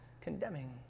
condemning